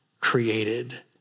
created